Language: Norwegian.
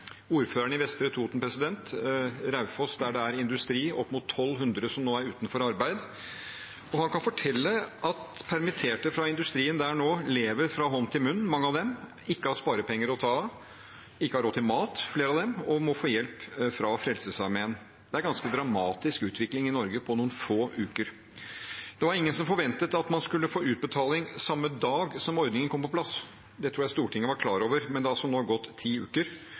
ordføreren i Vestre Toten. I Raufoss, der det er industri, er opp mot 1 200 nå utenfor arbeid. Ordføreren kan fortelle at permitterte fra industrien der nå lever fra hånd til munn, mange av dem. De har ikke sparepenger å ta av, og flere av dem har ikke råd til mat og må få hjelp fra Frelsesarmeen. Det er en ganske dramatisk utvikling i Norge på noen få uker. Det var ingen som forventet at man skulle få utbetaling samme dag som ordningen kom på plass. Det tror jeg Stortinget var klar over. Men det har altså nå gått ti uker.